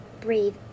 Breathe